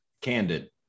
Candid